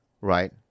Right